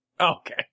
Okay